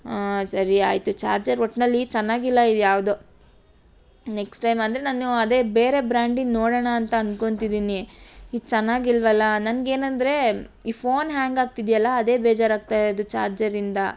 ಆಂ ಸರಿ ಆಯಿತು ಚಾರ್ಜರ್ ಒಟ್ಟಿನಲ್ಲಿ ಚೆನ್ನಾಗಿಲ್ಲ ಇದು ಯಾವುದೋ ನೆಕ್ಸ್ಟ್ ಟೈಮ್ ಅಂದರೆ ನಾನು ಅದೇ ಬೇರೆ ಬ್ರ್ಯಾಂಡಿನ ನೋಡೋಣ ಅಂತ ಅನ್ಕೊತಿದಿನಿ ಇದು ಚೆನ್ನಾಗಿಲ್ವಲ್ಲಾ ನನಗೇನಂದ್ರೆ ಈ ಫೋನ್ ಹ್ಯಾಂಗ್ ಆಗ್ತಿದೆಯಲ್ಲಾ ಅದೇ ಬೇಜಾರಾಗ್ತಾ ಇರೋದು ಚಾರ್ಜರಿಂದ